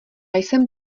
jsem